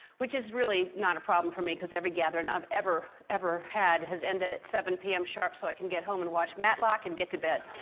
which is really not a problem for me. because every gathering i've ever, ever had has ended at seven zero pm sharp so i can get home and watch matlock and get to bed.